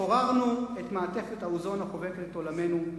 חוררנו את מעטפת האוזון החובקת את עולמנו.